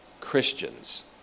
Christians